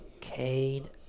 Cade